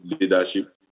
leadership